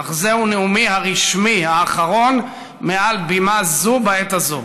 אך זהו נאומי הרשמי האחרון מעל בימה זו בעת הזאת.